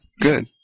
Good